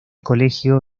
colegio